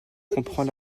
comprend